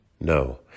no